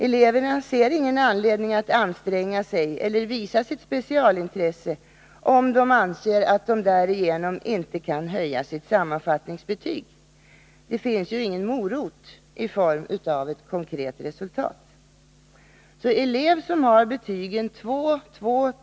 Eleverna ser ingen anledning att anstränga sig eller visa sitt specialintresse, om de inte därigenom kan höja sitt sammanfattningsbetyg. Det finns ju ingen morot i form av ett konkret resultat. En elev som har betygen 2, 2,3.